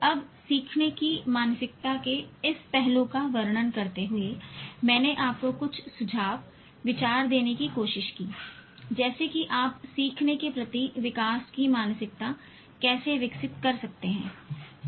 अब सीखने की मानसिकता के इस पहलू का वर्णन करते हुए मैंने आपको कुछ सुझाव विचार देने की कोशिश की जैसे कि आप सीखने के प्रति विकास की मानसिकता कैसे विकसित कर सकते हैं